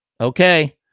Okay